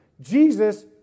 Jesus